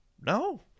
no